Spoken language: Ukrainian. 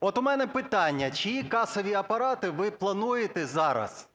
От у мене питання: чиї касові апарати ви плануєте зараз